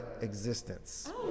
existence